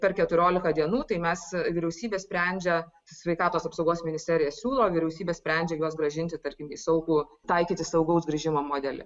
per keturiolika dienų tai mes vyriausybė sprendžia sveikatos apsaugos ministerija siūlo vyriausybė sprendžia juos grąžinti tarkim į saugų taikyti saugaus grįžimo modelį